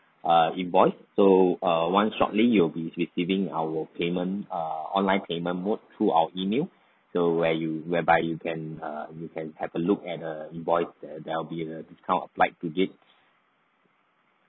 err invoice so err once shortly you will be receiving our payment err online payment mode through our email so where you whereby you can err you can have a look at the invoice there will be a discount of flight tickets